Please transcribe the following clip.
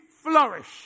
flourish